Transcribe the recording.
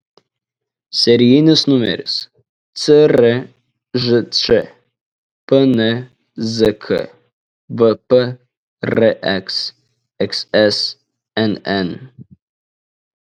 serijinis numeris cržč pnzk vprx xsnn